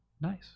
Nice